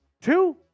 two